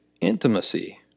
intimacy